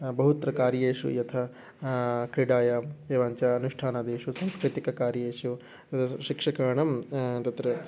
बहुत्र कार्येषु यथा क्रीडायाम् एवञ्च अनुष्ठानादीषु सांस्कृतिककार्येषु शिक्षकाणां तत्र